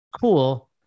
cool